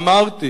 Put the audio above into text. אמרתי